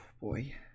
Boy